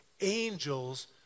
angels